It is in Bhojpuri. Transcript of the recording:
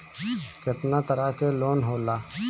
केतना तरह के लोन होला?